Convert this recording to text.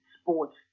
sports